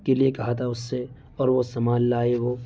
کے لیے کہا تھا اس سے اور وہ سامان لائے وہ